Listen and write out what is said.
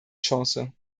chance